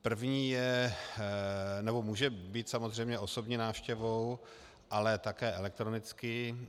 První je, nebo může být samozřejmě osobní návštěvou, ale také elektronicky.